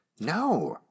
No